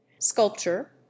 sculpture